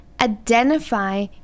identify